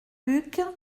luc